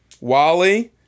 Wally